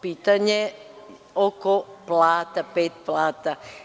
Pitanje oko plata, pet plata.